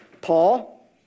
Paul